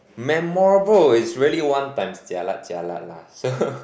memorable is very one times jialat jialat lah so